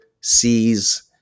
sees